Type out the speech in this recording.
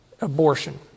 abortion